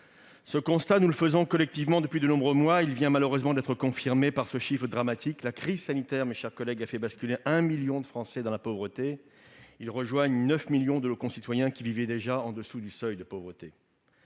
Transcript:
Ce constat, nous le faisons collectivement depuis de nombreux mois, et il vient malheureusement d'être confirmé par ce chiffre dramatique : la crise sanitaire, mes chers collègues, a fait basculer 1 million de Français dans la pauvreté. Ils rejoignent les 9 millions de nos concitoyens qui vivaient déjà sous le seuil de pauvreté.